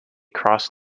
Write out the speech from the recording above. cross